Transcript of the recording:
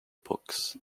books